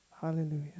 Hallelujah